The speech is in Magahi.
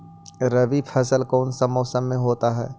रवि फसल कौन सा मौसम में होते हैं?